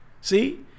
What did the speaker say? See